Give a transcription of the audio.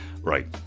right